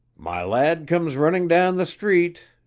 my lad comes running down the street,